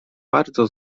bardzo